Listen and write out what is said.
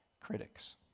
critics